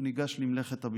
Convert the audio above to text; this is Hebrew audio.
הוא ניגש למלאכת הביצוע.